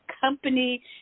company